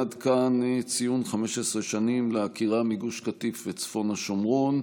עד כאן ציון 15 שנים לעקירה מגוש קטיף וצפון השומרון.